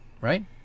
right